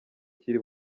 kiri